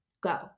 Go